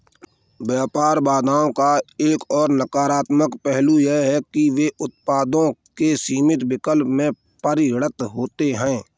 व्यापार बाधाओं का एक और नकारात्मक पहलू यह है कि वे उत्पादों के सीमित विकल्प में परिणत होते है